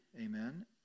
amen